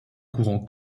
courants